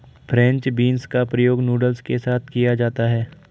French beans का प्रयोग noodles के साथ किया जाता है